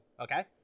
okay